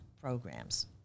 programs